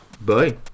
Bye